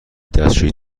دستشویی